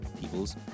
peoples